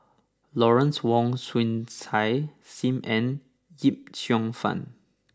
Lawrence Wong Shyun Tsai Sim Ann Yip Cheong Fun